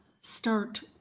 start